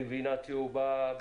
בגבינה צהובה,